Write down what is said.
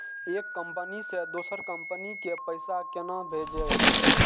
एक कंपनी से दोसर कंपनी के पैसा केना भेजये?